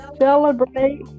Celebrate